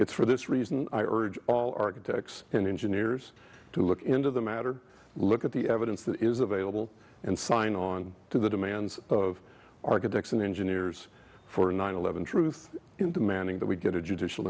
it's for this reason i urge all architects and engineers to look into the matter look at the evidence that is available and sign on to the demands of architects and engineers for nine eleven truth in demanding that we get a judicial